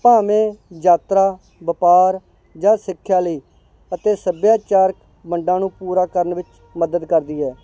ਭਾਵੇਂ ਯਾਤਰਾ ਵਪਾਰ ਜਾਂ ਸਿੱਖਿਆ ਲਈ ਅਤੇ ਸੱਭਿਆਚਾਰਕ ਮੰਡਾਂ ਨੂੰ ਪੂਰਾ ਕਰਨ ਵਿੱਚ ਮਦਦ ਕਰਦੀ ਹੈ